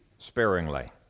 sparingly